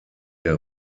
der